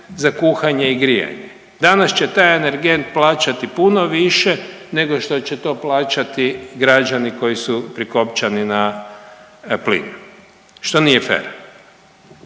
za kuhanje i grijanje, danas će taj energent plaćati puno više nego što će to plaćati građani koji su prikopčani na plin, što nije fer